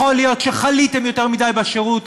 יכול להיות שחליתם יותר מדי בשירות,